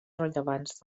rellevants